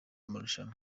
marushanwa